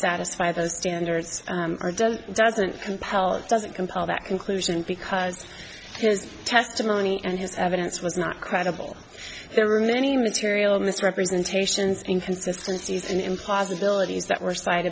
satisfy those standards or doesn't doesn't compel doesn't compel that conclusion because his testimony and his evidence was not credible there are many material misrepresentations inconsistent in possibilities that were cite